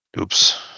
oops